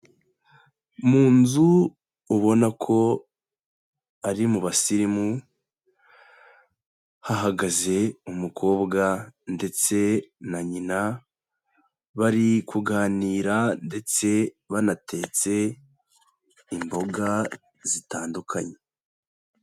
Mu nzu ubona ko ari mu basirimu, hahagaze umukobwa ndetse na nyina, bari kuganira ndetse banatetse imboga zitandukanye.